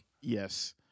yes